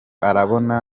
arabona